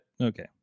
okay